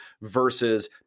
versus